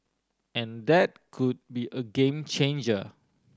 and that could be a game changer